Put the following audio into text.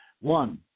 One